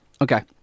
Okay